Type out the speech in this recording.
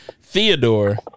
Theodore